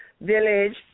Village